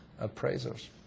appraisers